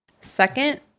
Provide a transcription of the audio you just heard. Second